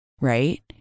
right